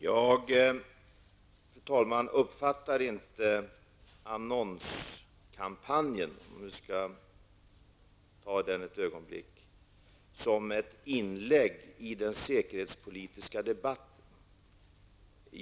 Fru talman! Jag uppfattade inte annonskampanjen som ett inlägg i den säkerhetspolitiska debatten.